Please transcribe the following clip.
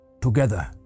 together